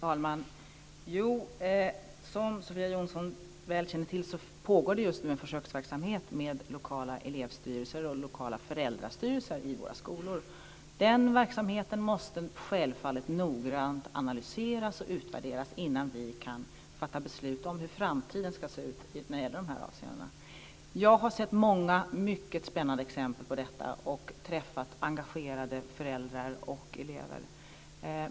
Fru talman! Som Sofia Jonsson väl känner till pågår det just nu en försöksverksamhet med lokala elevstyrelser och lokala föräldrastyrelser i våra skolor. Den verksamheten måste självfallet noggrant analyseras och utvärderas innan vi kan fatta beslut om hur framtiden ska se ut i de här avseendena. Jag har sett många mycket spännande exempel på detta och träffat engagerade föräldrar och elever.